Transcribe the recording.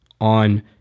on